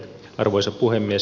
arvoisa puhemies